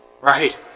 Right